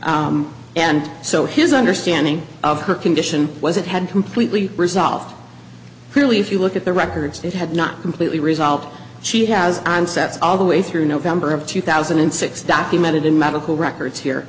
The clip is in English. cancer and so his understanding of her condition was it had completely resolved clearly if you look at the records that had not completely resolved she has onsets all the way through november of two thousand and six documented in medical records here